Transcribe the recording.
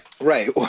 Right